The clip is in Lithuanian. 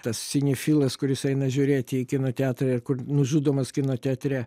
tas sinifilas kuris eina žiūrėti į kino teatrą ir kur nužudomas kino teatre